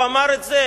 הוא אמר את זה,